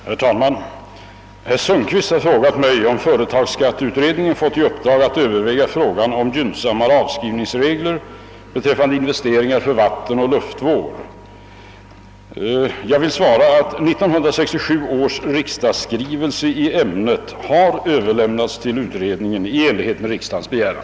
Herr talman! Herr Sundkvist har frågat mig om företagsskatteutredningen fått i uppdrag att överväga frågan om gynnsammare <avskrivningsregler beträffande investeringar för vattenoch luftvård. Jag får svara att 1967 års riksdagsskrivelse i ämnet har överlämnats till utredningen i enlighet med riksdagens begäran.